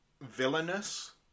villainous